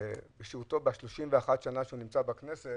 בשהותו ב-31 שנה שנמצא בכנסת